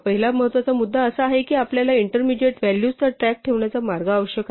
पहिला महत्त्वाचा मुद्दा असा आहे की आपल्याला इंटरमीडिअट व्हॅल्यूज चा ट्रॅक ठेवण्याचा मार्ग आवश्यक आहे